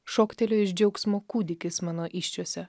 šoktelėjo iš džiaugsmo kūdikis mano įsčiose